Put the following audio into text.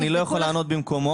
אני לא יכול לענות במקומו.